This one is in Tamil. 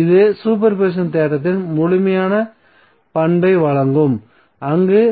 இது சூப்பர் பொசிஷன் தேற்றத்தின் முழுமையான பண்பை வழங்கும் அங்கு